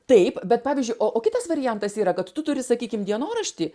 taip bet pavyzdžiui o o kitas variantas yra kad tu turi sakykim dienoraštį